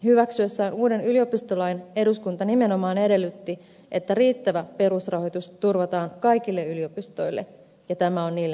hyväksyessään uuden yliopistolain eduskunta nimenomaan edellytti että riittävä perusrahoitus turvataan kaikille yliopistoille ja tämä on niille myös luvattu